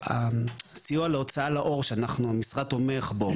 הסיוע להוצאה לאור שאנחנו משרד תומך בו,